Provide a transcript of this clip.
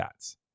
stats